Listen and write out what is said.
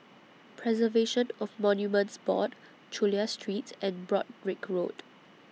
Preservation of Monuments Board Chulia Street and Broadrick Road